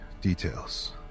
Details